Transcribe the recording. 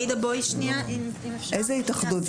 איזה התאחדות?